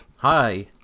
Hi